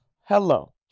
hello